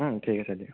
ঠিক আছে দিয়া